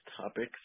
topics